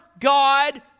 God